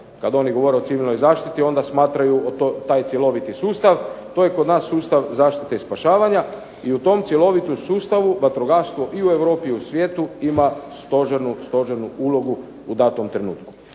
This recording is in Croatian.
Kad oni govore o civilnoj zaštiti onda smatraju taj cjeloviti sustav. To je kod nas sustav zaštite i spašavanja i u tom cjelovitom sustavu vatrogastvo i u Europi i u svijetu ima stožernu ulogu u datom trenutku.